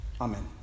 Amen